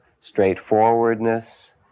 straightforwardness